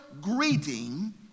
greeting